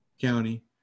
county